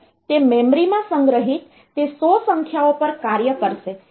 તે મેમરીમાં સંગ્રહિત તે 100 સંખ્યાઓ પર કાર્ય કરશે